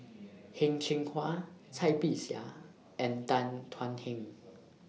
Heng Cheng Hwa Cai Bixia and Tan Thuan Heng